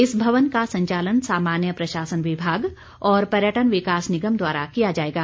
इस भवन का संचालन सामान्य प्रशासन विभाग और पर्यटन विकास निगम द्वारा किया जाएगा